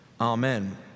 Amen